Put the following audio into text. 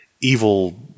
evil